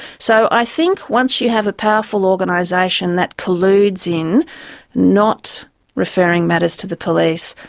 so i think once you have a powerful organisation that colludes in not referring matters to the police,